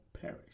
perish